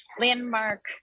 landmark